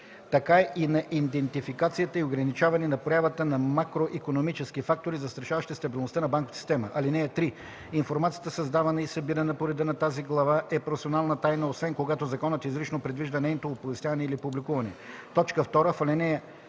така и на идентификацията и ограничаването на проявата на макроикономически фактори, застрашаващи стабилността на банковата система. (3) Информацията, създавана и събирана по реда на тази глава, е професионална тайна, освен когато законът изрично предвижда нейното оповестяване или публикуване.” 2. В ал.